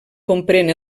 comprèn